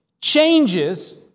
changes